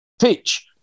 pitch